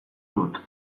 dut